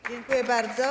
Dziękuję bardzo.